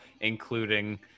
including